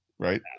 Right